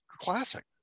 classic